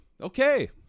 okay